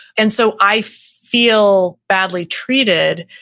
and so i feel badly treated.